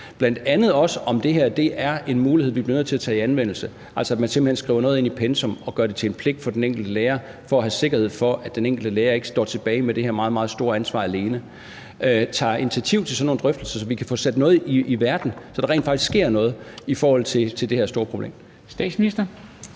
bl.a. også om det her er en mulighed, vi bliver nødt til at tage i anvendelse, altså at man simpelt hen skriver noget ind i pensum og gør det til en pligt for den enkelte lærer for at have en sikkerhed for, at den enkelte lærer ikke står alene tilbage med det her meget, meget store ansvar, tager initiativ til sådan nogle drøftelser, så vi kan få sat noget i verden, så der rent faktisk sker noget i forhold til det her store problem. Kl.